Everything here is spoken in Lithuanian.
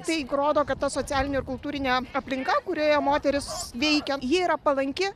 tai rodo kad ta socialinė kultūrinė aplinka kurioje moteris veikia ji yra palanki